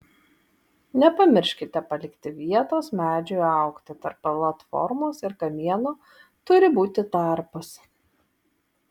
nepamirškite palikti vietos medžiui augti tarp platformos ir kamieno turi būti tarpas